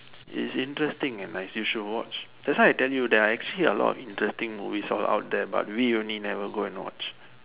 is interesting and nice you should watch that's why I tell you there are actually a lot of interesting movies all out there but we only never go and watch